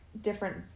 different